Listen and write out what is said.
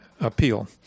appeal